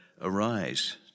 Arise